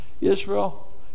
Israel